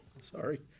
sorry